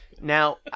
Now